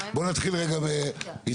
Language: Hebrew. בוא נתחיל רגע איתך.